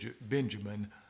Benjamin